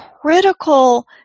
critical